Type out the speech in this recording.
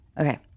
Okay